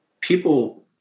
people